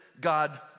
God